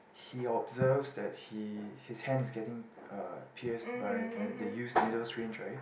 he observes that he his hand is getting uh pierced by the the used needle syringe right